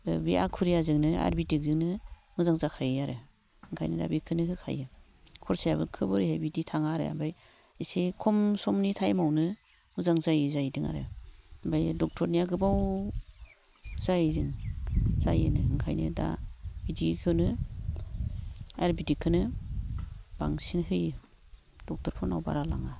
बे आखुरियाजोंनो आयुरवेदिक जोंनो मोजां जाखायो आरो ओंखायनो दा बिखोनो होखायो खरसायाबो खोब ओरैहाय बिदि थाङा आरो ओमफ्राय इसे खम समनि टाइमावनो मोजां जायो जाहैदों आरो ओमफाय ड'क्टारनिया गोबाव जायो जों जायो नो ओंखायनो दा बिदिखोनो आयुरवेदिक खोनो बांसिन होयो ड'क्टरफोरनाव बारा लाङा